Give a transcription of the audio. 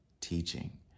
teaching